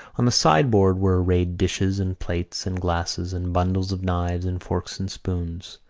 on the sideboard were arrayed dishes and plates, and glasses and bundles of knives and forks and spoons.